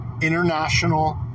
international